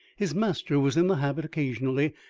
his master was in the habit, occasionally,